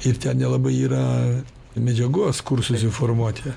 ir ten nelabai yra medžiagos kur susiformuoti